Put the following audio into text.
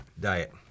diet